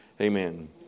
Amen